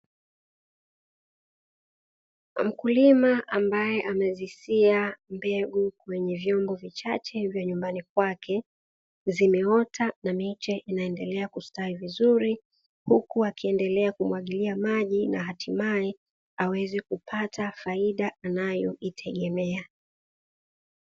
Mkulima ambaye amezisia mbegu kwenye vyombo vichake vya nyumbani kwake, zimeota na miche inaendelea kustawi vizuri huku akiendelea kumwagilia maji na hatimae aweze kupata faida anayoitegemea.